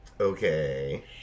Okay